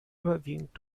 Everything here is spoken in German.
überwiegend